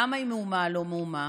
למה היא מהומה על לא מאומה?